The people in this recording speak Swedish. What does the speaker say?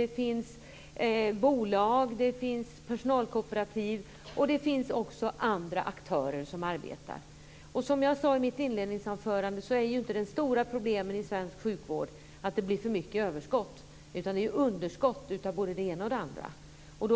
Det finns bolag, personalkooperativ och andra aktörer som arbetar. Som jag sade i mitt inledningsanförande är inte det stora problemet i svensk sjukvård att det blir överskott. Det är underskott på både det ena och det andra.